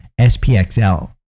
SPXL